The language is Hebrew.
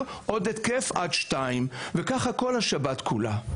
עוד התקף עד 14:00. ככה כל השבת כולה.